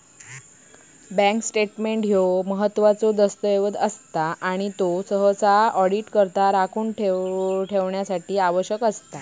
bank statement ह्यो महत्त्वाचो दस्तऐवज असता आणि त्यो सहसा ऑडिटकरता राखून ठेवणा आवश्यक असता